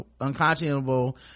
unconscionable